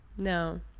No